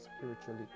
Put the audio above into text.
spiritually